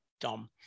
dumb